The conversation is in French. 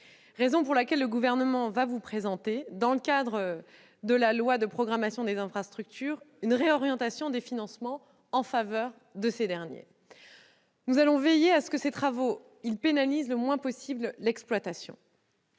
raison pour laquelle le Gouvernement vous présentera, dans le cadre du projet de loi de programmation des infrastructures, une réorientation des financements en faveur de ces dernières. Nous veillerons à ce que ces travaux pénalisent le moins possible l'exploitation.